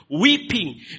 weeping